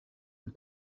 and